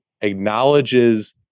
acknowledges